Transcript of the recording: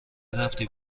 رفتی